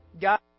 God